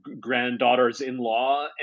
granddaughters-in-law